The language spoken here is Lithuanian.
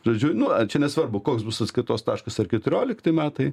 žodžiu nuo čia nesvarbu koks bus atskaitos taškas ar keturiolikti metai